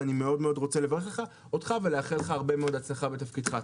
ואני מאוד רוצה לברך אותך ולאחל לך הרבה מאוד הצלחה בתפקידך.